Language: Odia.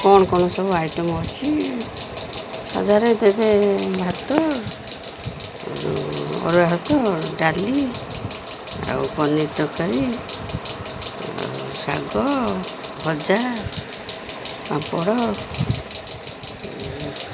କ'ଣ କ'ଣ ସବୁ ଆଇଟମ୍ ଅଛି ସାଧାରେ ଦେବେ ଭାତ ଅରୁଆ ଭାତ ଡାଲି ଆଉ ପନିର ତରକାରୀ ଆ ଶାଗ ଭଜା ପାମ୍ପଡ଼